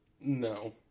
No